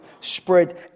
spread